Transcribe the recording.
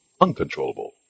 uncontrollable